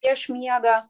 prieš miegą